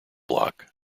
block